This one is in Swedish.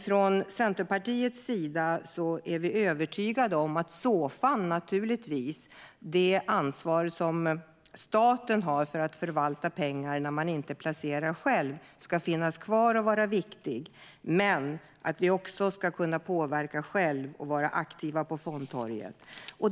Från Centerpartiets sida är vi övertygade om att Såfa - det ansvar som staten har för att förvalta pengar när man inte placerar själv - ska finnas kvar och vara viktigt. Men vi ska också kunna påverka själva och vara aktiva på fondtorget.